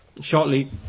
shortly